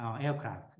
aircraft